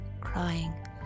crying